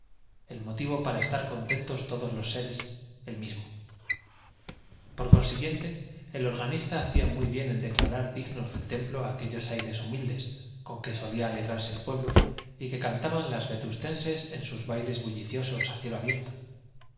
el motivo para estar contentos todos los seres el mismo por consiguiente el organista hacía muy bien en declarar dignos del templo aquellos aires humildes con que solía alegrarse el pueblo y que cantaban las vetustenses en sus bailes bulliciosos a cielo abierto